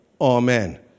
Amen